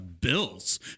Bills